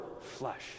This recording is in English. flesh